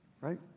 Right